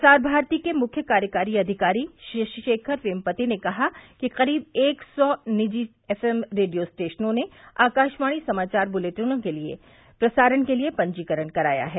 प्रसार भारती के मुख्य कार्यकारी अधिकारी शशिशेखर वेम्पति ने कहा कि करीब एक सौ निजी एफएम रेडियो स्टेशनों ने आकाशवाणी समाचार बुलेटिनों के प्रसारण के लिए पंजीकरण कराया है